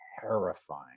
terrifying